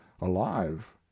alive